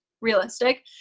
realistic